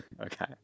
Okay